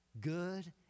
Good